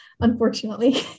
Unfortunately